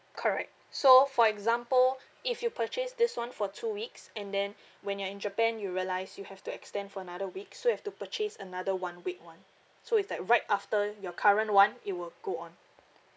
correct so for example if you purchase this [one] for two weeks and then when you're in japan you realised you have to extend for another week so you have to purchase another one week [one] so is like right after your current [one] it will go on